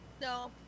No